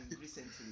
recently